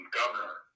governor